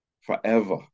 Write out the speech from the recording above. Forever